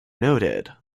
noted